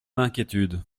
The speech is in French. d’inquiétude